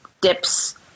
dips